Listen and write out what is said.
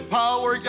power